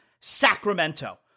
Sacramento